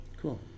cool